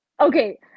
okay